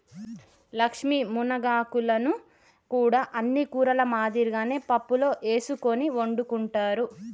లక్ష్మీ మునగాకులను కూడా అన్ని ఆకుకూరల మాదిరిగానే పప్పులో ఎసుకొని వండుకుంటారు